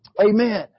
Amen